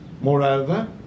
Moreover